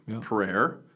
prayer